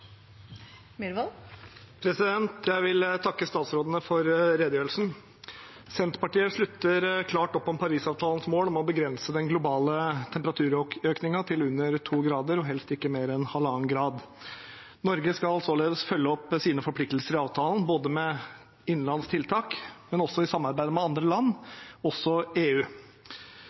Jeg vil takke ministrene for redegjørelsen. Senterpartiet slutter klart opp om Parisavtalens mål om å begrense den globale temperaturøkningen til under 2 grader og helst ikke mer enn 1,5 grader. Norge skal således følge opp sine forpliktelser i avtalen, både med tiltak innenlands og i samarbeid med andre land, også EU.